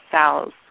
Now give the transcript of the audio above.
cells